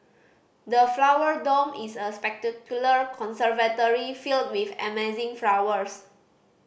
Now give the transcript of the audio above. the Flower Dome is a spectacular conservatory filled with amazing flowers